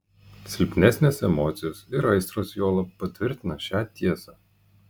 silpnesnės emocijos ir aistros juolab patvirtina šią tiesą